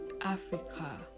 africa